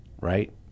Right